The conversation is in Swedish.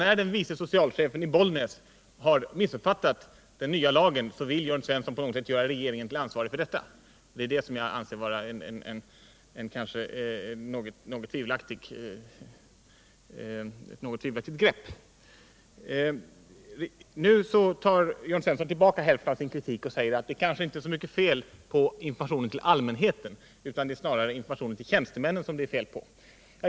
Men när vice socialchefen i Bollnäs har missuppfattat den nya lagen vill Jörn Svensson på något sätt göra regeringen ansvarig härför. Det är det som jag anser vara ett något tvivelaktigt grepp. Nu tar Jörn Svensson tillbaka hälften av sin kritik och säger att det kanske inte är så mycket fel på informationen till allmänheten, utan det är snarare informationen till tjänstemännen som det är fel på.